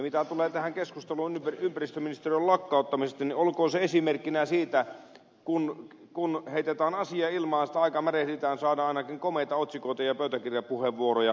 mitä tulee tähän keskusteluun ympäristöministeriön lakkauttamisesta niin olkoon se esimerkkinä siitä että kun heitetään asia ilmaan sitä aikansa märehditään saadaan ainakin komeita otsikoita ja pöytäkirjapuheenvuoroja